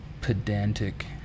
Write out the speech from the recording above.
pedantic